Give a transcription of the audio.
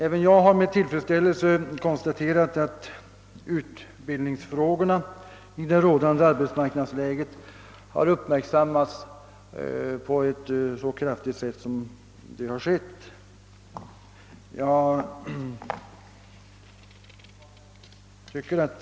Även jag har med tillfredsställelse konstaterat att utbildningsfrågorna bli vit kraftigt uppmärksammade i det rådånde arbetsmarknadsläget.